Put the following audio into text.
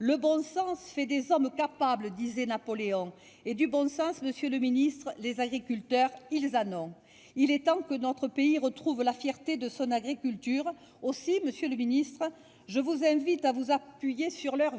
Le bon sens fait les hommes capables » disait Napoléon. Du bon sens, les agriculteurs en ont ! Il est temps que notre pays retrouve la fierté de son agriculture. Aussi, monsieur le ministre, je vous invite à vous appuyer sur la